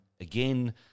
Again